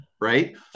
right